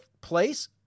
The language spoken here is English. place